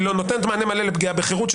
היא נותנת מענה מלא לפגיעה בחירות,